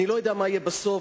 אני לא יודע מה יהיה בסוף,